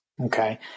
Okay